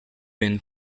been